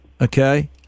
okay